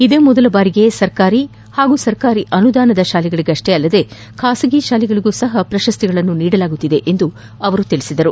ಇದೇ ಮೊದಲ ಬಾರಿಗೆ ಸರ್ಕಾರಿ ಪಾಗೂ ಸರ್ಕಾರಿ ಅನುದಾನದ ಶಾಲೆಗಳಿಗವ್ವೇ ಅಲ್ಲದೇ ಖಾಸಗಿ ಶಾಲೆಗಳಿಗೂ ಸಹ ಪ್ರಶಸ್ತಿಗಳನ್ನು ನೀಡಲಾಗುತ್ತಿದೆ ಎಂದು ಅವರು ತಿಳಿಸಿದರು